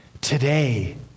today